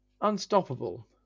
unstoppable